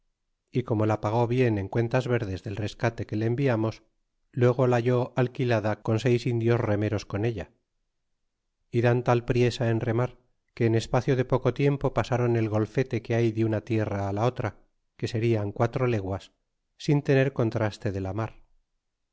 y como la pagó bien en cuentas verdes del rescate que le enviambs luego la halló alquilada con seis indios remeros con ella y dan tal priesa en remar que en espacio de poco tiempo pasaron el golfete que hay de una tierra á la otra que serian pairo leguas sin tener contraste de la mar